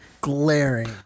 Glaring